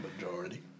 Majority